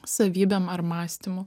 savybėm ar mąstymu